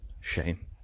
shame